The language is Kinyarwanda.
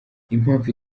impamvu